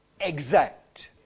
exact